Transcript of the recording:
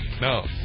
No